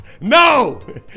No